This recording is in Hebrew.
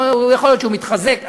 יכול להיות שהוא מתחזק.